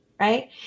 Right